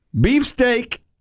Beefsteak